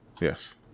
Yes